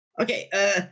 okay